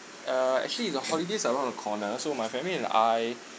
uh actually the holidays are around the corner so my family and I